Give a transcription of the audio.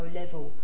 level